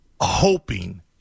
hoping